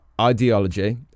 ideology